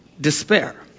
despair